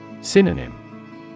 Synonym